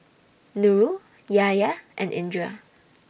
Nurul Yahya and Indra